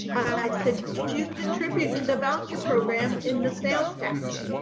i said, did you contribute to the voucher program in the sales tax?